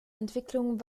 entwicklung